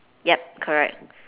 yup correct